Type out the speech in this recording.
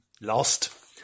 lost